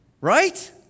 Right